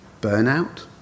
burnout